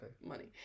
money